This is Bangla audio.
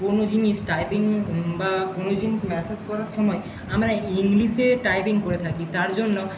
কোনো জিনিস টাইপিং বা কোনো জিনিস মেসেজ করার সময় আমরা ইংলিশে টাইপিং করে থাকি তার জন্য